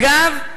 אגב,